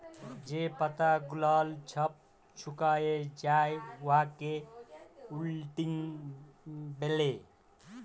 যে পাতা গুলাল ছব ছুকাঁয় যায় উয়াকে উইল্টিং ব্যলে